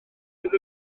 fydd